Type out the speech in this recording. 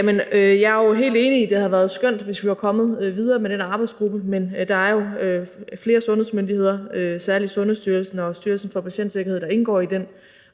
Jeg er jo helt enig i, at det havde været skønt, hvis vi var kommet videre med den arbejdsgruppe, men der er jo flere sundhedsmyndigheder, særlig Sundhedsstyrelsen og Styrelsen for Patientsikkerhed, der indgår i den